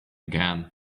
again